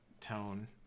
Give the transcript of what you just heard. tone